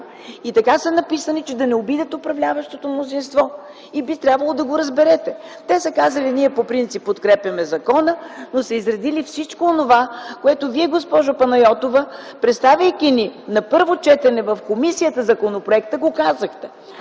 - написани са така, че да не обидят управляващото мнозинство, и би трябвало да го разберете. Те са казали – ние по принцип подкрепяме закона, но са изредили всичко онова, което Вие, госпожо Панайотова, представяйки ни законопроекта на първо четене в комисията, го казахте.